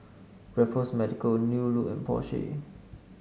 Raffles Medical New Look and Porsche